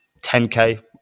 10K